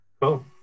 Cool